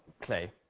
clay